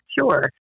Sure